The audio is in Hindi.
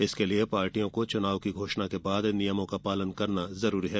इसके लिए पार्टियों के लिए चुनाव की घोषणा के बाद नियमों का पालन करना जरूरी है